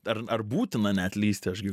ar ar būtina net lįsti aš gi